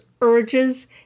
urges